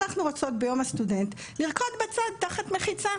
אנחנו רוצות ביום הסטודנט לרקוד בצד תחת מחיצה.